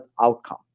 outcome